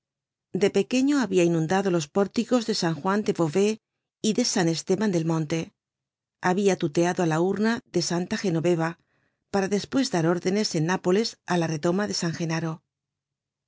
de pequeño habia inundado los pórticos de san juan de beauvais y de san estéban del monte habia tuteado á la urna de santa genoveva para despues dar órdenes en ñapoles á la redoma de san genaro